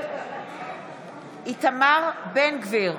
נגד איתמר בן גביר,